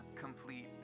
complete